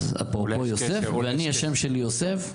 אני השם שלי יוסף,